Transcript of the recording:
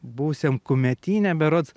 buvusiam kumetyne berods